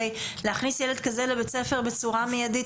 להכניס ילד כזה לבית ספר בצורה מיידית,